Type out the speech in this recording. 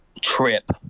trip